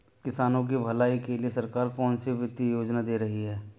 किसानों की भलाई के लिए सरकार कौनसी वित्तीय योजना दे रही है?